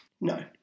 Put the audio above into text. no